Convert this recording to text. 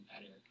better